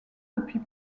depuis